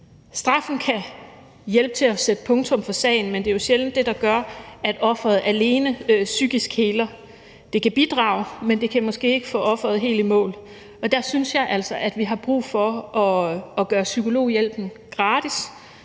Straffen kan hjælpe med til at sætte punktum for sagen, men det er jo sjældent det, der alene gør, at offeret heler psykisk. Det kan bidrage, men det kan måske ikke få offeret helt i mål. Og der synes jeg altså, at vi har brug for at gøre psykologhjælpen gratis,